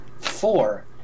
Four